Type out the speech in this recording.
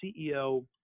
CEO